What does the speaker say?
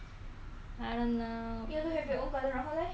um and I hope I can volunteer all that